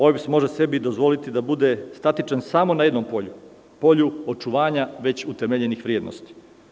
OEBS može se dozvoliti da bude statičan samo na jednom polju, polju očuvanja već utemeljenih vrednosti.